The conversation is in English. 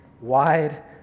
wide